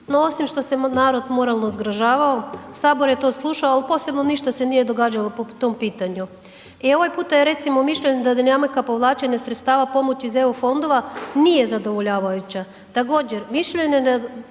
no osim što se narod moralno zgražavao sabor je to slušao ali posebno ništa se nije događalo po tom pitanju. I ovaj puta je recimo mišljenje da dinamika povlačenja sredstava pomoći iz EU nije zadovoljavajuća,